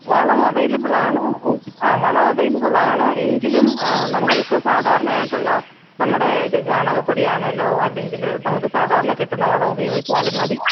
വളം അവൈലബിളാണ് ആ വളം അവൈലബിളാണ് എങ്കിലും നമുക്ക് സാധാരണയായിട്ടുള്ള നമ്മുടെ ഇത് ചാണകപ്പൊടിയാണെങ്കിലോ അല്ലെങ്കില് നമുക്ക് സാധാരണ കിട്ടുന്ന വളം ഉപയോഗിച്ചാലും മതി